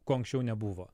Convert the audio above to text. ko anksčiau nebuvo